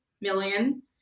million